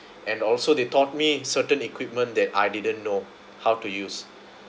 and also they taught me certain equipment that I didn't know how to use